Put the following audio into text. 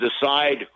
decide